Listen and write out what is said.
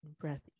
Breath